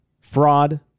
fraud